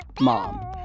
Mom